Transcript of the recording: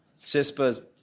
CISPA